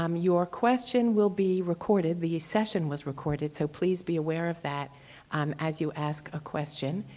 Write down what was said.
um your question will be recorded, the session was recorded so please be aware of that um as you ask ah question.